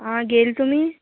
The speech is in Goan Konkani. आं गेल तुमी